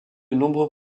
nombreux